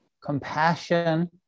compassion